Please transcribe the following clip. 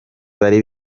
bari